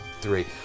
three